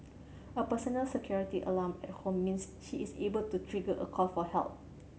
a personal security alarm at home means she is able to trigger a call for help